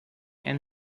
and